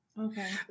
Okay